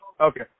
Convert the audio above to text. Okay